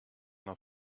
not